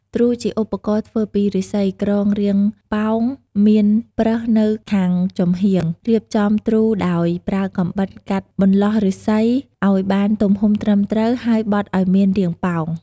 ទ្រូ ជាឧបករណ៍ធ្វើពីឫស្សី ក្រងរាងប៉ោងមានប្រឹសនៅខាងចំហៀង រៀបចំទ្រូដោយប្រើកាំបិតកាត់បន្ទោះឫស្សីឲ្យបានទំហំត្រឹមត្រូវ ហើយបត់ឲ្យមានរាងប៉ោង។